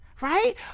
right